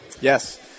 Yes